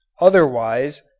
Otherwise